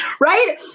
Right